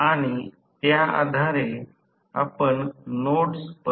तर हे Z f शोधण्याचा प्रयत्न केल्यास हे Z f दिले आहे कारण हे मालिका समांतर मंडल आहे